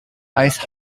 ice